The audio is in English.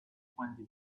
twenty